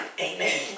Amen